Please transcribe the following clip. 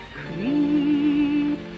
creep